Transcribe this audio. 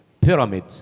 pyramid